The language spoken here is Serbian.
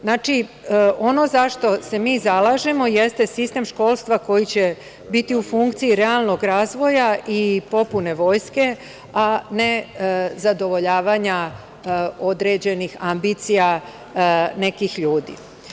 Znači, ono za šta se mi zalažemo jeste sistem školstva koji će biti u funkciji realnog razvoja i popune Vojske, a ne zadovoljavanja određenih ambicija nekih ljudi.